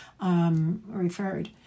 Referred